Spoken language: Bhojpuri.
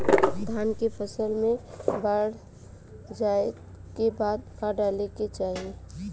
धान के फ़सल मे बाढ़ जाऐं के बाद का डाले के चाही?